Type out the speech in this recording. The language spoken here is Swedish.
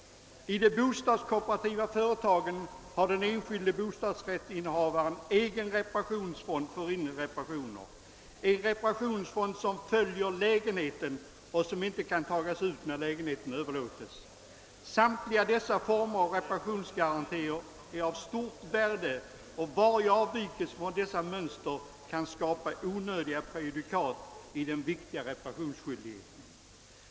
I de bostadskooperativa företagen har den enskilde bostadsrättsinnehavaren egen reparationsfond för inre reparationer, en reparationsfond som följer lägenheten och som inte kan tagas ut när lägenheten överlåtes. Samtliga dessa former av reparationsgarantier är av stort värde och varje avvikelse från dessa mönster kan skapa onödiga prejudikat i den viktiga reparationsskyldigheten.